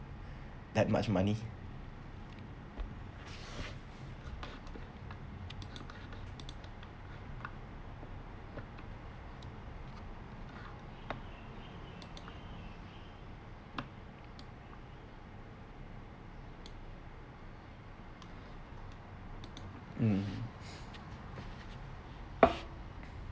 that much money mm